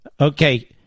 Okay